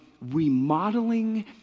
remodeling